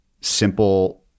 simple